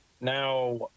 now